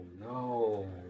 no